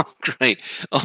Great